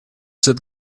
that